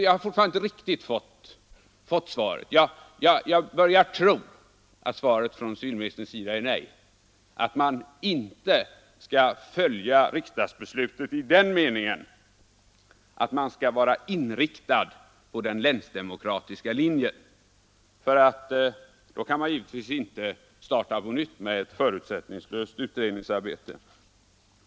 Jag har fortfarande inte fått något riktigt svar, och jag börjar tro att civilministerns svar är nej — att man inte skall följa riksdagsbeslutet i den meningen att man skall inrikta sig på den länsdemokratiska linjen. Då kan man ju inte starta på nytt med ett förutsättningslöst utredningsarbete.